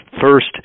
First